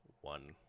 one